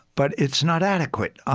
but it's not adequate,